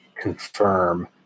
confirm